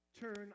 turn